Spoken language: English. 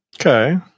Okay